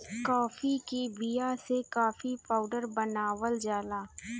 काफी के बिया से काफी पाउडर बनावल जाला